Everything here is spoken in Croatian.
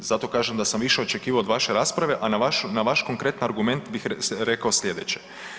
Zato kažem da sam više očekivao od vaše rasprave, a naš konkretan argument bih rekao slijedeće.